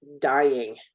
dying